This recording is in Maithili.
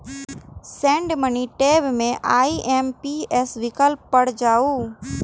सेंड मनी टैब मे आई.एम.पी.एस विकल्प पर जाउ